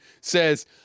Says